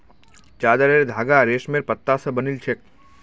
चादरेर धागा रेशमेर पत्ता स बनिल छेक